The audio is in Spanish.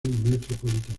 metropolitana